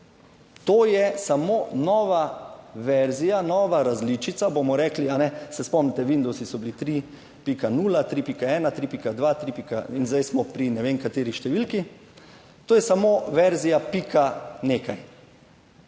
To je samo nova verzija, nova različica, bomo rekli, se spomnite, Windows / nerazumljivo/ in zdaj smo pri ne vem kateri številki. To je samo verzija pika nekaj.